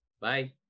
bye